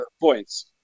points